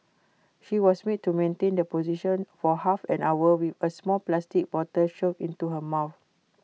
she was made to maintain the position for half an hour with A small plastic bottle shoved into her mouth